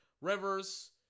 Rivers